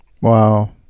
Wow